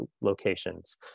locations